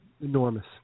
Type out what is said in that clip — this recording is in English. Enormous